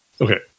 okay